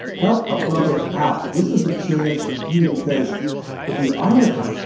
help a brother out. this is a chance for you, because if you aren't a country,